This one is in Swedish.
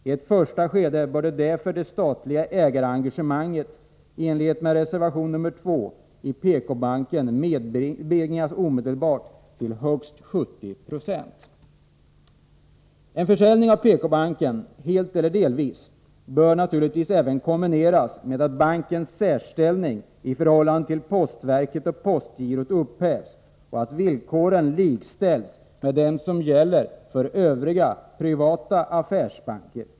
I ett första skede bör därför i enlighet med reservation nr 2 det statliga ägarengagemanget i PK-banken omedelbart nedbringas till högst 17090. En försäljning av PK-banken, helt eller delvis, bör naturligtvis även kombineras med att bankens särställning i förhållande till postverket och postgirot upphävs och att villkoren likställs med dem som gäller för övriga privata affärsbanker.